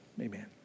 amen